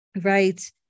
right